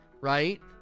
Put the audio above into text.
right